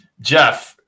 jeff